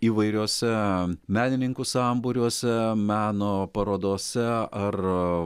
įvairiuose menininkų sambūriuose meno parodose ar